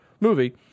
movie